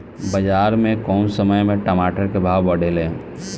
बाजार मे कौना समय मे टमाटर के भाव बढ़ेले?